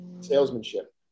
salesmanship